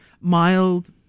mild